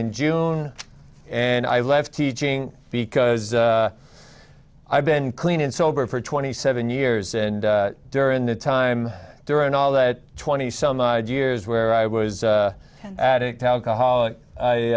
in june and i left teaching because i've been clean and sober for twenty seven years and during that time during all that twenty some odd years where i was an addict alcoholic